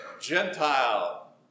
Gentile